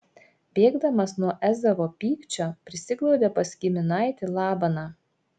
bėgdamas nuo ezavo pykčio prisiglaudė pas giminaitį labaną